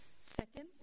Second